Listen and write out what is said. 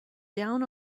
down